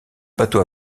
bateau